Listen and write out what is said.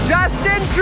Justin